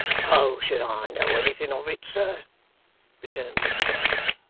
how should i know anything of it, sir returned mr brass.